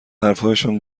حرفهایشان